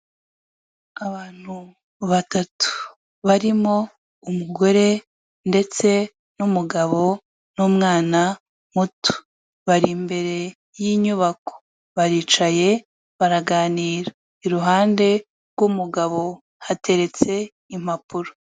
Abantu batatu barimo umugore ndetse n'umugabo n'umwana muto. Bari imbere y'inyubako. Baricaye, baraganira. Iruhande rw'umugabo hateretse impapuro.